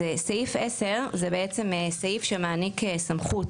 אז סעיף 10 זה בעצם סעיף שמעניק סמכות